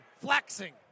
flexing